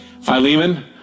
Philemon